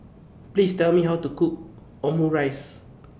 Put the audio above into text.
Please Tell Me How to Cook Omurice